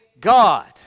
God